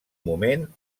moment